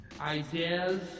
ideas